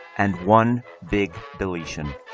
and one big deletion.